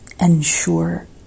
ensure